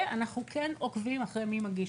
ואנחנו עוקבים אחרי מי מגיש.